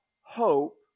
hope